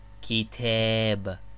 kitab